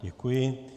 Děkuji.